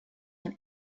him